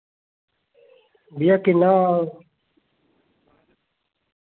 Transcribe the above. भैया किन्ना